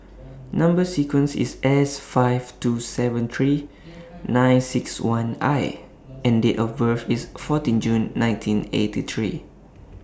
Number sequence IS S five two seven three nine six one I and Date of birth IS fourteen June nineteen eighty three